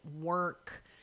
work